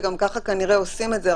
וגם ככה כנראה עושים את זה,